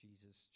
Jesus